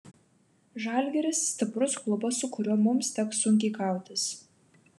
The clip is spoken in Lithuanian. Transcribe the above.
žalgiris stiprus klubas su kuriuo mums teks sunkiai kautis